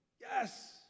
yes